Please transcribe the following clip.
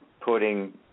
putting –